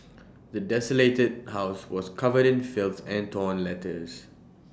the desolated house was covered in filth and torn letters